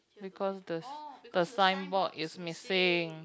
because the the signboard is missing